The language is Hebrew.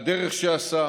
על הדרך שעשה,